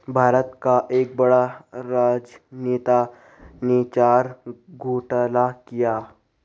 भारत का एक बड़ा राजनेता ने चारा घोटाला किया